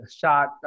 shot